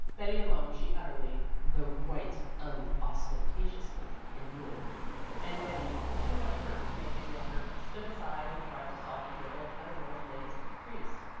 betty alone she utterly, though quite unostentatiously, ignored and betty, too much hurt to make any effort, stood aside and tried to solve the riddle of eleanor's latest caprice.